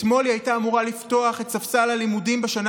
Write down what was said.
אתמול היא הייתה אמורה לשבת על ספסל הלימודים בשנה